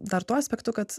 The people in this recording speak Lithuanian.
dar tuo aspektu kad